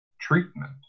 treatment